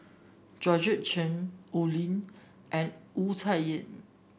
Georgette Chen Oi Lin and Wu Tsai Yen